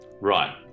Right